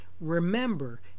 remember